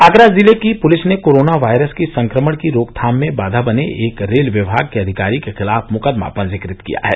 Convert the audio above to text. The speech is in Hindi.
आगरा जिले की पुलिस ने कोरोना वायरस की संक्रमण की रोकथाम में बाघा बने एक रेल विभाग के अधिकारी के खिलाफ मुकदमा पंजीकृत किया है